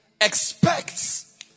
expects